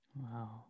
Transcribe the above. Wow